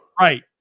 right